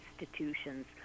institutions